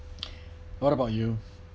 what about you